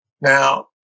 Now